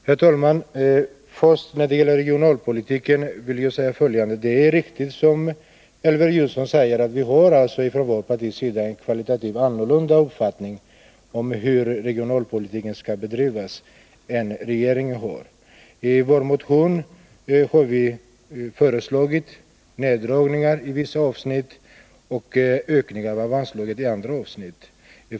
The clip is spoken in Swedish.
Herr talman! Först vill jag beträffande regionalpolitiken säga följande. Det är, som Elver Jonsson säger, riktigt att vårt parti har en annan uppfattning än regeringen om hur regionalpolitiken skall bedrivas. I vår motion har vi föreslagit neddragningar på vissa avsnitt och anslagsökningar på andra.